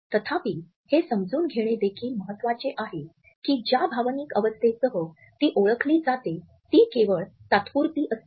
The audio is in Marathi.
तथापि हे समजून घेणे देखील महत्त्वाचे आहे की ज्या भावनिक अवस्थेसह ती ओळखली जाते ती केवळ तात्पुरती असते